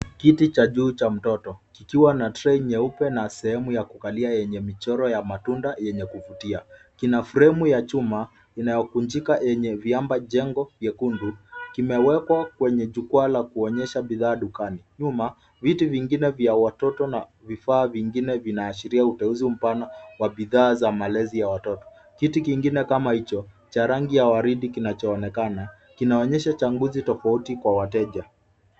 Kiti cha juu cha mtoto kikiwa na tray nyeupe na sehemu ya kukalia yenye michoro ya matunda yenye kuvutia. Kina fremu ya chuma inayovunjika yenye viamba jengo nyekundu. Kimewekwa kwenye jukwaa la kuonyesha bidhaa dukani. Nyuma vitu vingine vya watoto na vifaa vingine vinaashiria uteuzi, mfano wa bidhaa za malezi ya watoto. Kiti kingine kama hicho cha rangi ya waridi kinachoonekana kinaonyesha changuzi tofauti kwa wateja.